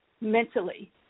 mentally